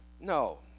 no